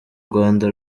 rwanda